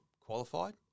qualified